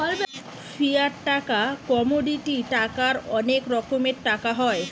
fiat টাকা, commodity টাকার অনেক রকমের টাকা হয়